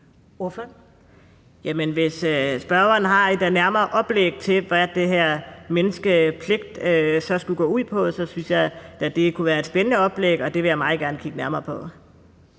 hvis spørgeren har et oplæg til, hvad det her menneskepligt så nærmere skulle gå ud på, så synes jeg da, det kunne være et spændende oplæg, og det vil jeg meget gerne kigge nærmere på.